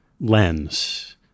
lens